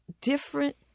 different